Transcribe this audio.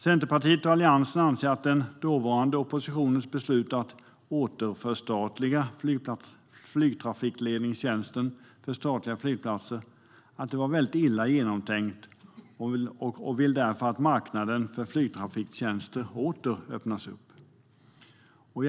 Centerpartiet och Alliansen anser att den dåvarande oppositionens beslut att återförstatliga flygtrafikledningstjänsten för statliga flygplatser var mycket illa genomtänkt och vill därför att marknaden för flygtrafikledningstjänster åter öppnas.